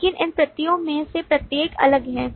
लेकिन इन प्रतियों में से प्रत्येक अलग हैं